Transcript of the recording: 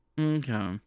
Okay